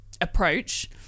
approach